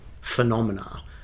phenomena